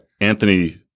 Anthony